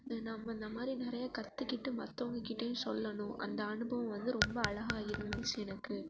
நம்ம இந்தமாதிரி நிறையா கற்றுக்கிட்டு மற்றவங்கக்கிட்டையும் சொல்லணும் அந்த அனுபவம் வந்து ரொம்ப அழகா இருந்துச்சு எனக்கு